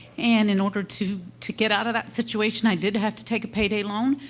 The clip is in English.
and in order to to get out of that situation, i did have to take a payday loan.